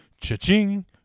cha-ching